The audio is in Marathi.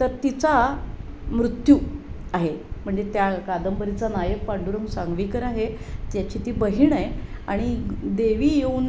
तर तिचा मृत्यू आहे म्हणजे त्या कादंबरीचा नायक पांडुरंग सांगवीकर आहे त्याची ती बहिण आहे आणि देवी येऊन